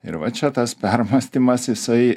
ir va čia tas permąstymas jisai